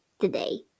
today